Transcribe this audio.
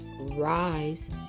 rise